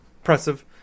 impressive